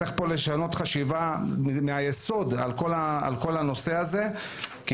צריך לשנות חשיבה מהיסוד על כל הנושא הזה כי